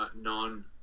Non